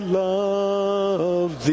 love